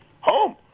home